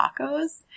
tacos